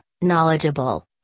knowledgeable